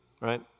right